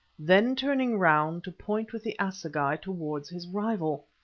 then turning round to point with the assegai towards his rival.